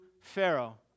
Pharaoh